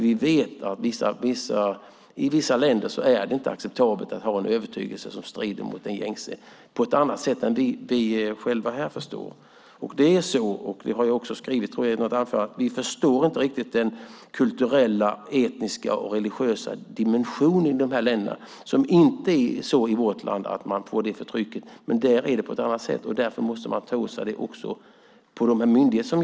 Vi vet nämligen att det i vissa länder inte är acceptabelt att ha en övertygelse som strider mot den gängse. Det är på ett annat sätt än vi här förstår. Vi förstår inte riktigt - det tror jag också att jag har skrivit i något anförande - den kulturella, etniska och religiösa dimensionen i de här länderna. I vårt land får man inte det förtrycket, men där är det på ett annat sätt. Därför måste man också ta åt sig detta på de här myndigheterna.